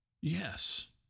Yes